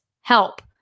Help